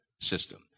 system